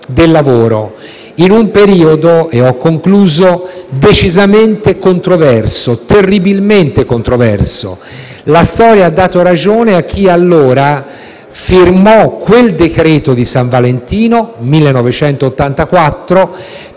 del lavoro in un periodo - e ho concluso - decisamente e terribilmente controverso. La storia ha dato ragione a chi allora firmò il decreto di San Valentino (1984),